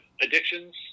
addictions